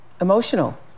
Emotional